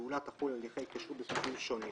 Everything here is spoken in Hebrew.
הפעולה תחול על הליכי התקשרות בסוגים שונים.